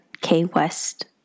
K-West